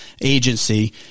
agency